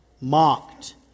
mocked